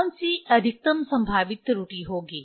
कौन सी अधिकतम संभावित त्रुटि होगी